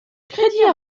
krediñ